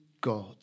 God